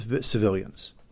civilians